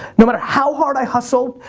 no matter how hard i hustle,